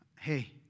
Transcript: Hey